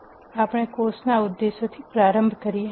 ચાલો આપણે કોર્સના ઉદ્દેશોથી પ્રારંભ કરીએ